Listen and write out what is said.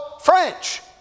French